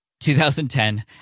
2010